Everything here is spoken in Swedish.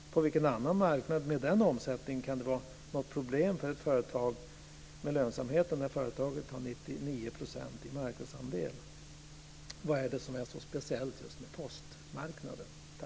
På vilken annan marknad med den omsättningen kan det vara problem med lönsamheten för ett företag när företaget har 99 % i marknadsandel? Vad är det som är så speciellt just med postmarknaden?